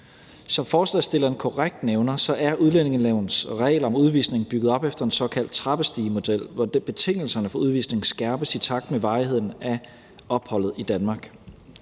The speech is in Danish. Som forslagsstillerne korrekt nævner, er udlændingelovens regler om udvisning bygget op efter en såkaldt trappestigemodel, hvor betingelserne for udvisning skærpes i takt med varigheden af opholdet i Danmark.